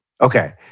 Okay